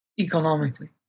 economically